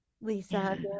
Lisa